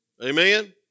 Amen